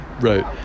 Right